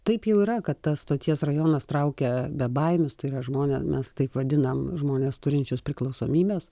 taip jau yra kad tas stoties rajonas traukia bebaimius žmone mes taip vadinam žmones turinčius priklausomybes